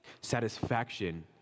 satisfaction